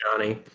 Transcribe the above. Johnny